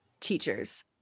teachers